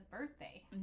birthday